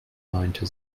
meinte